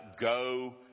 Go